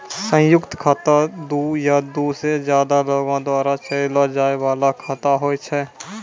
संयुक्त खाता दु या दु से ज्यादे लोगो द्वारा चलैलो जाय बाला खाता होय छै